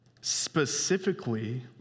specifically